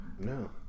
No